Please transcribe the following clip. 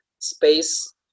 space